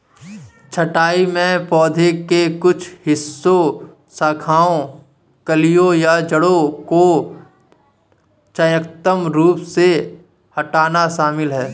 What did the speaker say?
छंटाई में पौधे के कुछ हिस्सों शाखाओं कलियों या जड़ों को चयनात्मक रूप से हटाना शामिल है